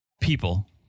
People